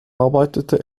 arbeitete